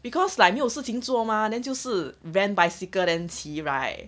because like 没有事情做 mah then 就是 rent bicycle then 骑 right